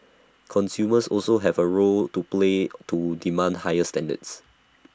consumers also have A role to play to demand higher standards